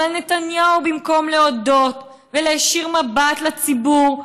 אבל נתניהו, במקום להודות ולהישיר מבט לציבור,